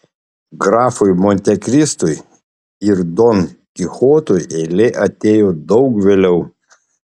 grafui montekristui ir don kichotui eilė atėjo daug vėliau